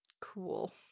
Cool